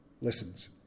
listens